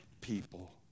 people